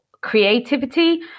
creativity